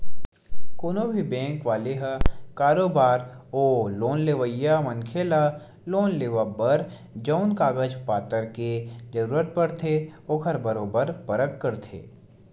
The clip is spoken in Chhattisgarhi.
कोनो भी बेंक वाले ह बरोबर ओ लोन लेवइया मनखे ल लोन लेवब बर जउन कागज पतर के जरुरत पड़थे ओखर बरोबर परख करथे